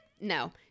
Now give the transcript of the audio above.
No